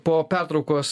po pertraukos